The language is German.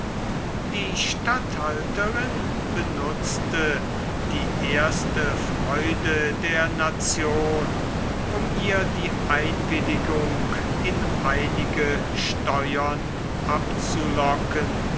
die statthalterin benutzte die erste freude der nation um ihr die einwilligung in einige steuern